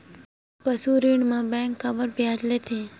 पशु ऋण म बैंक काबर ब्याज लेथे?